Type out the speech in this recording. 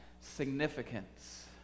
significance